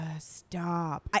stop